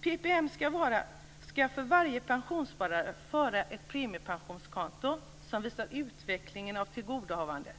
PPM skall för varje pensionssparare föra ett premiepensionskonto som visar utvecklingen av tillgodohavandet.